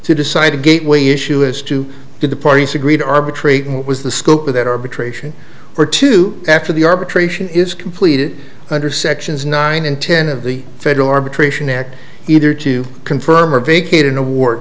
to decide a gateway issue is to do the parties agree to arbitrate was the scope of that arbitration or two after the arbitration is completed under sections nine and ten of the federal arbitration act either to confirm or vacate an awar